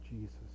Jesus